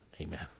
amen